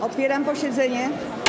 Otwieram posiedzenie.